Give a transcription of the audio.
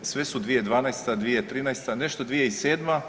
Sve su 2012., 2013, nešto 2007.